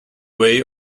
way